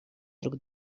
друг